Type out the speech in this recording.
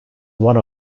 one